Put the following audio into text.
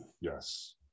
yes